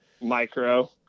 micro